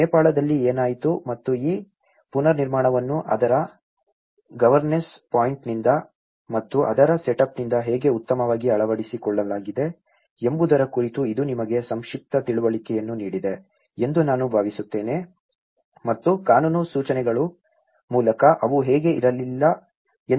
ನೇಪಾಳದಲ್ಲಿ ಏನಾಯಿತು ಮತ್ತು ಈ ಪುನರ್ನಿರ್ಮಾಣವನ್ನು ಅದರ ಗವರ್ನೆಸ್ ಪಾಯಿಂಟ್ನಿಂದ ಮತ್ತು ಅದರ ಸೆಟಪ್ನಿಂದ ಹೇಗೆ ಉತ್ತಮವಾಗಿ ಅಳವಡಿಸಿಕೊಳ್ಳಲಾಗಿದೆ ಎಂಬುದರ ಕುರಿತು ಇದು ನಿಮಗೆ ಸಂಕ್ಷಿಪ್ತ ತಿಳುವಳಿಕೆಯನ್ನು ನೀಡಿದೆ ಎಂದು ನಾನು ಭಾವಿಸುತ್ತೇನೆ ಮತ್ತು ಕಾನೂನು ಸೂಚನೆಗಳ ಮೂಲಕ ಅವು ಹೇಗೆ ಇರಲಿಲ್ಲ ಎಂದು ನಿಮಗೆ ತಿಳಿದಿದೆ